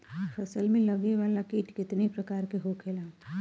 फसल में लगे वाला कीट कितने प्रकार के होखेला?